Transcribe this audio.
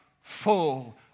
full